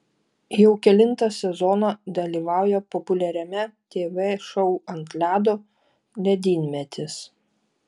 jau kelintą sezoną dalyvauja populiariame tv šou ant ledo ledynmetis